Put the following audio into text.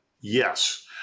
Yes